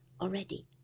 already